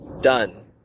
Done